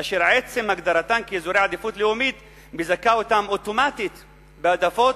אשר עצם הגדרתם כאזורי עדיפות לאומית מזכה אותם אוטומטית בהעדפות,